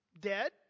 Dead